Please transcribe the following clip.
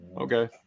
okay